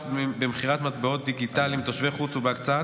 ממכירת מטבעות דיגיטליים לתושבי חוץ ובהקצאת